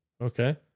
Okay